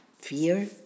fear